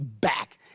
back